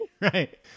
Right